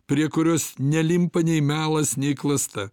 prie kurios nelimpa nei melas nei klasta